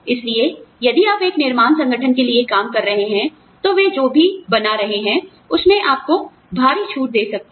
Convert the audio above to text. इसलिए यदि आप एक निर्माण संगठन के लिए काम कर रहे हैं तो वे जो भी बना रहे हैं उसमें आपको भारी छूट दे सकते हैं